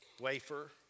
wafer